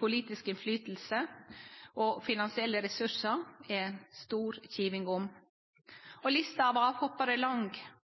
politisk innflytelse og finansielle ressursar er det stor kiving om. Lista over avhopparar er lang og